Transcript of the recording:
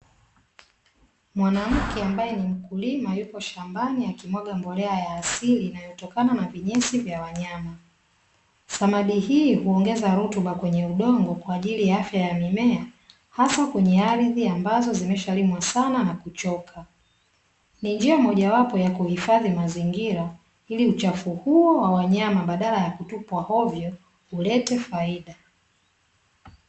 Mwanamke ambaye ni mkulima yuko shambani akimwaga mbolea ya asili inayotokana na vinyesi vya wanyama. Samadi hii huongeza rutubakwenye udongo kwa ajili ya afya ya mimea hasa kwenye ardhi amabazo zimesha limwa sana na kuchoka. Ni njia mojawapo ya kuhifadhi mazingira, ili uchafu huu wa wanyama badala ya kutupwa hovyo ulete faida.